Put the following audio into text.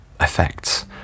effects